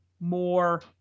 more